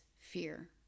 fear